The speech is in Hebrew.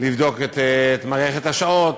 לבדוק את מערכת השעות,